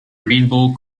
rainbow